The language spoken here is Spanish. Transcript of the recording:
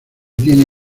tiene